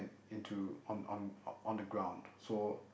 into on on on the ground so